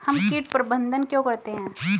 हम कीट प्रबंधन क्यों करते हैं?